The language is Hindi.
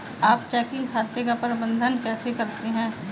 आप चेकिंग खाते का प्रबंधन कैसे करते हैं?